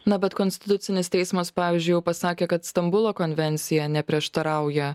na bet konstitucinis teismas pavyzdžiui jau pasakė kad stambulo konvencija neprieštarauja